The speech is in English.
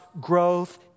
growth